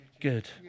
good